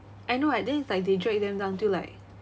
I know right then it's like they drag them down until like